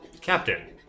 Captain